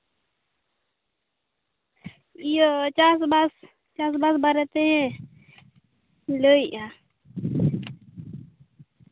ᱤᱭᱟᱹ ᱪᱟᱥᱵᱟᱥ ᱪᱟᱥᱵᱟᱥ ᱵᱟᱨᱮᱛᱮ ᱞᱟᱹᱭᱮᱫᱼᱟ